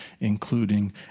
including